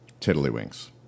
Tiddlywinks